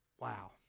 Wow